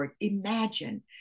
Imagine